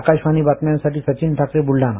आकाशवाणी बातम्यांसाठी सचिम ठाकरे बुलढाणा